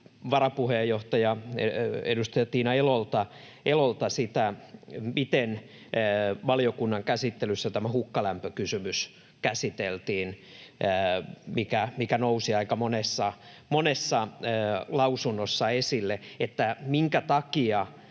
varapuheenjohtajalta, edustaja Tiina Elolta, miten valiokunnan käsittelyssä käsiteltiin tämä hukkalämpökysymys, joka nousi aika monessa lausunnossa esille. Kun esimerkiksi